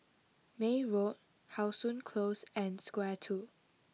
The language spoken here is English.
May Road how Sun close and square two